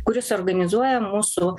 kuris organizuoja mūsų